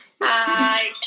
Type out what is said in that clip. Hi